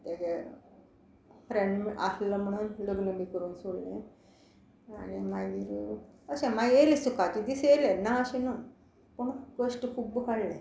तेजे फ्रेंड आसलो म्हणून लग्न बी करून सोडले आनी मागीर अशें मागीर येयले सुखाचें दीस येयले ना अशें न्हू पूण कश्ट खुब्ब काडले